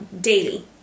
daily